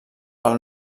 pel